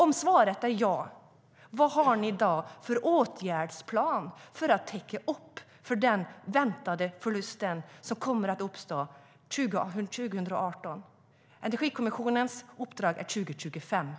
Om svaret är ja, vad har ni då för åtgärdsplan för att täcka upp för den förlust som väntas uppstå 2018?